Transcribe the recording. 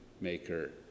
maker